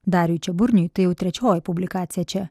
dariui čiaburniui tai jau trečioji publikacija čia